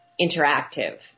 interactive